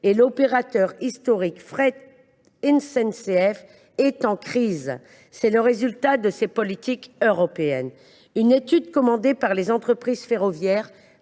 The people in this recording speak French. que l’opérateur historique, Fret SNCF, est en crise. C’est le résultat de ces politiques européennes. Une étude commandée par les entreprises ferroviaires